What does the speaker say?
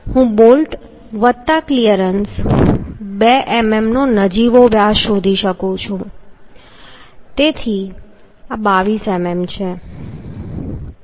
હું બોલ્ટ વત્તા clearance 2 mm નો નજીવો વ્યાસ શોધી શકું છું તેથી આ 22 mm છે